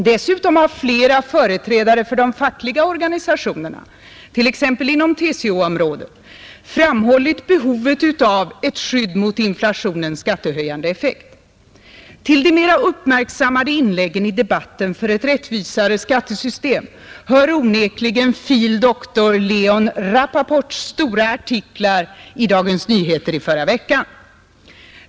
Dessutom har flera företrädare för de fackliga organisationerna — t.ex. inom TCO-området — framhållit behovet utav ett skydd mot inflationens skattehöjande effekt. Till de mera uppmärksammade inläggen i debatten för ett rättvisare skattesystem hör onekligen fil. dr Leon Rappaports stora artiklar i Dagens Nyheter förra veckan.